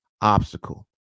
obstacle